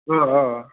अ अ अ